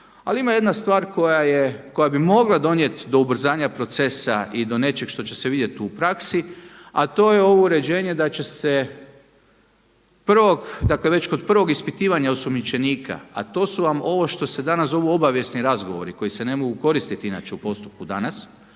ali ima jedna stvar koja bi mogla donijet do ubrzanja procesa i do nečeg što će se vidjet u praksi, a to je ovo uređenje da će se prvog, dakle kog već prvog ispitivanja osumnjičenika, a to su vam ovo što se danas zovu obavijesni razgovori koji se ne mogu koristiti inače u postupku danas.